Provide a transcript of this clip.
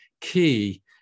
key